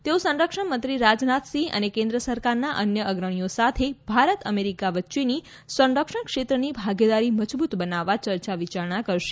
તેઓ સંરક્ષણ મંત્રી રાજનાથસિંહ અને કેન્દ્ર સરકારના અન્ય અગ્રણી સાથે ભારત અમેરિકા વચ્ચેની સંરક્ષણ ક્ષેત્રની ભાગીદારી મજબૂત બનાવવા યર્યાવિયારણા કરશે